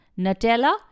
Nutella